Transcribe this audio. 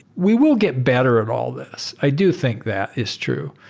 we will get better at all this. i do think that is true.